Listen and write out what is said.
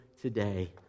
today